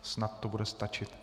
Snad to bude stačit.